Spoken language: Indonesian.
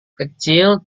kecil